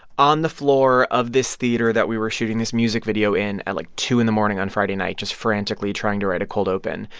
on the floor of this theater that we were shooting this music video in at, like, two zero in the morning on friday night, just frantically trying to write a cold open.